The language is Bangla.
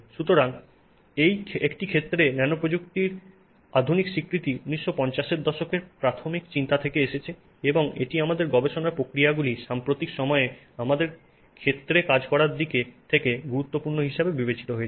সুতরাং একটি ক্ষেত্রে ন্যানো প্রযুক্তির আধুনিক স্বীকৃতি 1950 এর দশকের প্রাথমিক চিন্তা থেকে এসেছে এবং এটি আমাদের গবেষণার প্রক্রিয়াগুলি সাম্প্রতিক সময়ে আমাদের ক্ষেত্রে কাজ করার দিক থেকে গুরুত্বপূর্ণ হিসাবে বিবেচিত হয়েছে